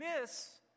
miss